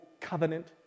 Covenant